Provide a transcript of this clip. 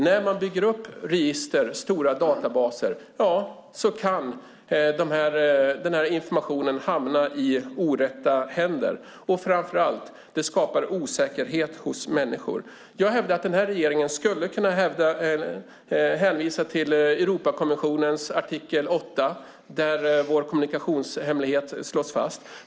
När man bygger upp register och stora databaser kan informationen hamna i orätta händer, och framför allt skapar det osäkerhet hos människor. Jag hävdar att regeringen skulle kunna hänvisa till Europakonventionens artikel 8 där vår kommunikationshemlighet slås fast.